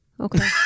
Okay